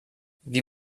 wie